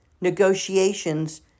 negotiations